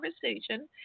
conversation